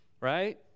Right